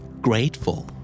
Grateful